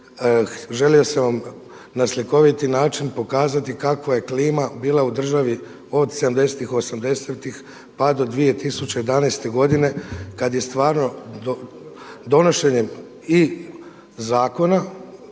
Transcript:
Želio sam vam na slikoviti način pokazati kakva je klima bila u državi od 70-tih, 80-tih pa do 2011. godine kada je stvarno donošenjem i zakona